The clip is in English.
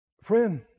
Friend